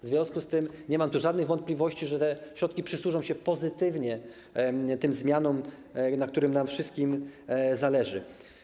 W związku z tym nie mam żadnych wątpliwości, że te środki przysłużą się pozytywnie tym zmianom, na którym nam wszystkim zależy.